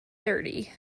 thirty